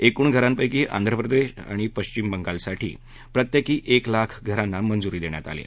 एकूण घरांपैकी आंध्र प्रदेश आणि पश्चिम बंगालसाठी प्रत्येकी एक लाख घरांना मंजुरी देण्यात आली आहे